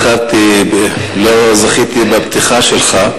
איחרתי ולא זכיתי לפתיחה שלך,